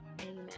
Amen